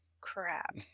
crap